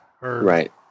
Right